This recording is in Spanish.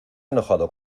enojado